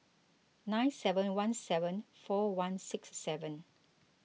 nine seven one seven four one six seven